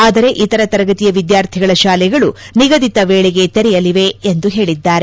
ಆದರೆ ಇತರ ತರಗತಿಯ ವಿದ್ಯಾರ್ಥಿಗಳ ಶಾಲೆಗಳು ನಿಗದಿತ ವೇಳೆಗೆ ತೆರೆಯಲಿವೆ ಎಂದು ಹೇಳಿದ್ದಾರೆ